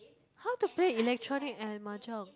how to play electronic and mahjong